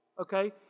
okay